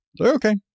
Okay